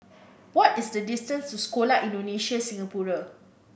what is the distance to Sekolah Indonesia Singapura